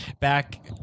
back